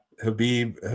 Habib